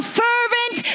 fervent